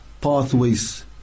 pathways